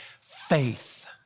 faith